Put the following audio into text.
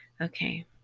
Okay